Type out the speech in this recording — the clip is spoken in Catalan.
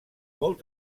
molt